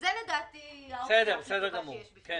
זו האופציה הכי טובה שיש בפניכם,